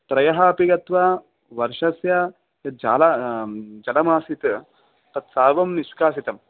त्रयः अपि गत्वा वर्षस्य यत् जलं जलमासीत् तत् सर्वं निष्काषितं